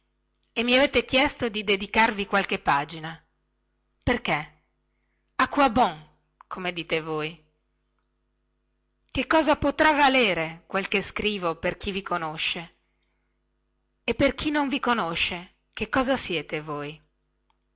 e mi avete chiesto di dedicarvi qualche pagina perchè à quoi bon come dite voi che cosa potrà valere quel che scrivo per chi vi conosce e per chi non vi conosce che cosa siete voi